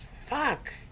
fuck